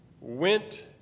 went